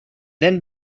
then